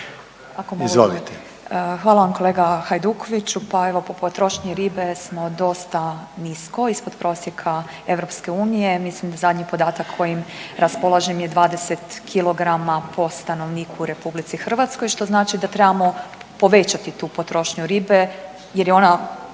Hvala vam kolega Hajdoviću, pa evo po potrošnji ribe smo dosta nisko, ispod prosjeka EU. Mislim da zadnji podatak kojim raspolažem je 20 kg po stanovniku u RH što znači da trebamo povećati tu potrošnju ribe jer je ona